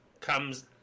comes